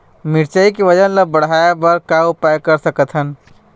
मिरचई के वजन ला बढ़ाएं बर का उपाय कर सकथन?